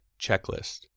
Checklist